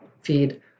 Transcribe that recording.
feed